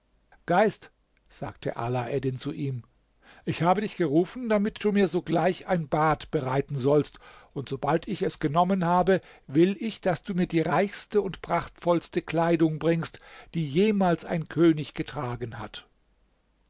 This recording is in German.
geist sagte alaeddin zu ihm ich habe dich gerufen damit du mir sogleich ein bad bereiten sollst und sobald ich es genommen habe will ich daß du mir die reichste und prachtvollste kleidung bringst die jemals ein könig getragen hat